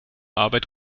arbeit